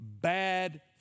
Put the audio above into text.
bad